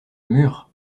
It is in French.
mur